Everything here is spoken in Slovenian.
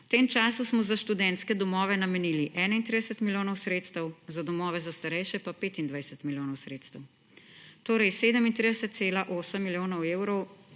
V tem času smo za študentske domove namenili 31 milijonov sredstev, za domove za starejše pa 25 milijonov sredstev. Torej, 37,8 milijona evrov